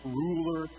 ruler